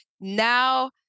now